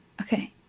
Okay